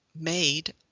made